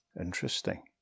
Interesting